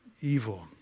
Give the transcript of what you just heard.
evil